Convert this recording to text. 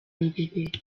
mbere